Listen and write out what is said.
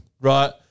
right